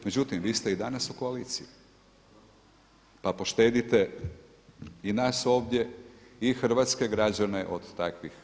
Međutim, vi ste i danas u koaliciji, pa poštedite i nas ovdje i hrvatske građane od takvih rasprava.